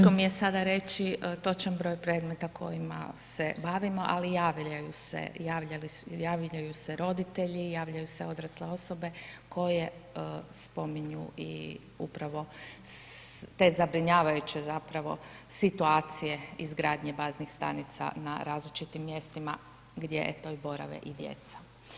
Teško mi je sad reći točan broj predmeta kojima se bavimo ali javljaju se roditelji, javljaju se odrasle osobe koje spominju i upravo te zabrinjavajuće zapravo situacije izgradnje baznih stanica na različitim mjestima gdje borave i djeca.